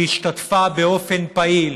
השתתף באופן פעיל.